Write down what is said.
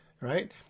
right